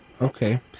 Okay